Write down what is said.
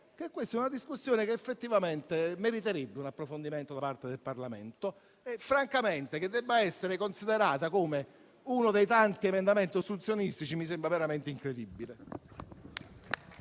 che la discussione effettivamente meriterebbe un approfondimento da parte del Parlamento e francamente che debba essere considerata alla stregua di uno dei tanti emendamenti ostruzionistici mi sembra veramente incredibile.